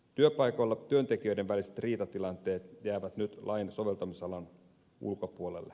työpaikoilla työntekijöiden väliset riitatilanteet jäävät nyt lain soveltamisalan ulkopuolelle